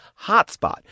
hotspot